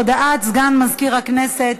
הודעת סגן מזכיר הכנסת.